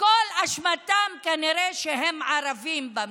וכל אשמתם כנראה שהם ערבים במדינה.